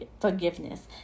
forgiveness